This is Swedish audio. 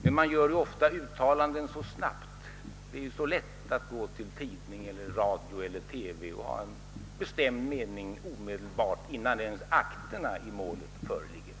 Men man gör ju ofta uttalanden så snabbt. Det är ju också så lätt att gå till en tidning, radio eller TV och ha en bestämd mening omedelbart innan ens akterna i målet föreligger.